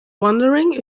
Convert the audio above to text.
wondering